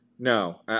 No